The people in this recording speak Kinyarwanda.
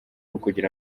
ukugira